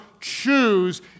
choose